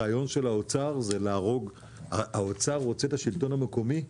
האוצר רוצה את השלטון המקומי קטן,